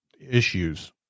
issues